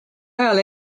ajal